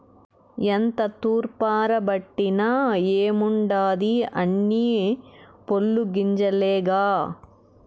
ఎంత తూర్పారబట్టిన ఏముండాది అన్నీ పొల్లు గింజలేగా